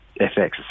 FX